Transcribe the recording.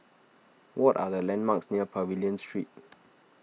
what are the landmarks near Pavilion Street